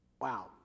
wow